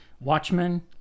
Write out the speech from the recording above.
Watchmen